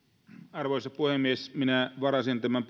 arvoisa puhemies minä varasin tämän